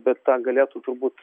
bet tą galėtų turbūt